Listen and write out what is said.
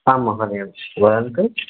आं महोदय वदन्तु